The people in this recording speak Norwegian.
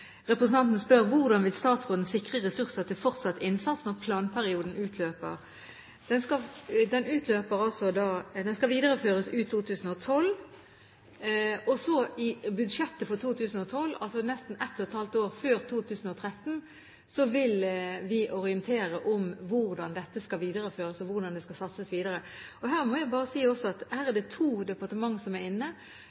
representanten spør: Hvordan vil statsråden sikre ressurser til fortsatt innsats når planperioden utløper? Det skal videreføres ut 2012, og i budsjettet for 2012 – altså nesten ett og et halvt år før 2013 – vil vi orientere om hvordan dette skal videreføres, og hvordan det skal satses videre. Her må jeg også bare si at det er to departementer som er